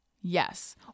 Yes